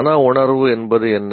மனவுணர்வு என்பது என்ன